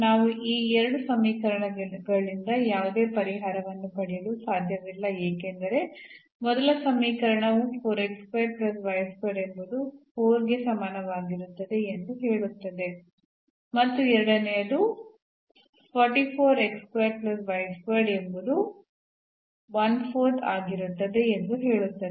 ನಾವು ಈ 2 ಸಮೀಕರಣಗಳಿಂದ ಯಾವುದೇ ಪರಿಹಾರವನ್ನು ಪಡೆಯಲು ಸಾಧ್ಯವಿಲ್ಲ ಏಕೆಂದರೆ ಮೊದಲ ಸಮೀಕರಣವು ಎಂಬುದು 4 ಗೆ ಸಮಾನವಾಗಿರುತ್ತದೆ ಎಂದು ಹೇಳುತ್ತದೆ ಮತ್ತು ಎರಡನೆಯದು 4 ಎಂಬುದು ಆಗಿರುತ್ತದೆ ಎಂದು ಹೇಳುತ್ತದೆ